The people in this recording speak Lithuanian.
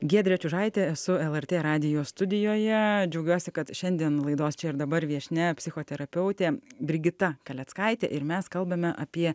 giedrė čiužaitė esu lrt radijo studijoje džiaugiuosi kad šiandien laidos čia ir dabar viešnia psichoterapeutė brigita kaleckaitė ir mes kalbame apie